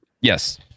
Yes